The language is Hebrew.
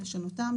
לשנותם,